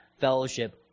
fellowship